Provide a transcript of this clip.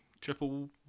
triple